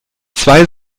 zwei